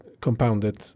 compounded